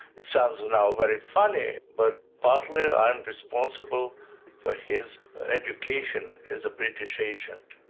it sounds now very funny, but partly i am responsible for his education as a british agent.